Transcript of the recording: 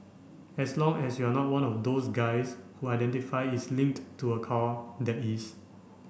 as long as you're not one of those guys who identify is linked to a car that is